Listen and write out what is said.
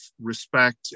respect